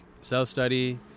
Self-study